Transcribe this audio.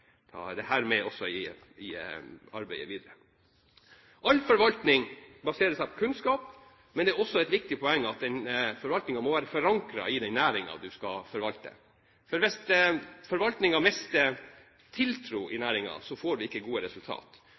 med i arbeidet videre. All forvaltning baserer seg på kunnskap, men det er også et viktig poeng at forvaltningen må være forankret i den næringen man skal forvalte. Hvis forvaltningen mister tiltro i næringen, får vi ikke gode